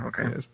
okay